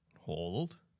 Hold